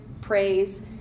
praise